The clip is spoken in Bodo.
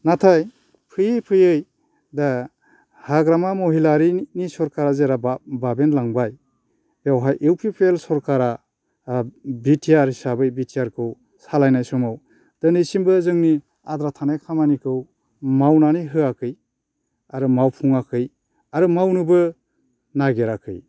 नाथाय फैयै फैयै दा हाग्रामा महिलारिनि सोरखारा जेराव बाबेन लांबाय बेवहाय इउ पि पि एल सोरखारा बि टि आर हिसाबै बि टि आरखौ सालायनाय समाव दिनैसिमबो जोंनि आद्रा थानाय खामानिखौ मावनानै होआखै आरो मावफुङाखै आरो मावनोबो नागिराखै